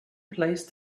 placed